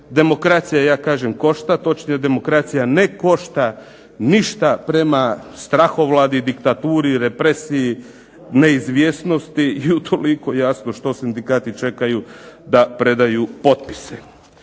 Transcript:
demokracija ja kažem košta, točnije demokracija ne košta ništa prema strahovladi, diktaturi, represiji, neizvjesnosti i utoliko jasno što sindikati čekaju da predaju potpise.